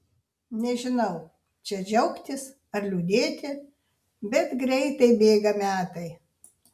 nežinau čia džiaugtis ar liūdėti bet greitai bėga metai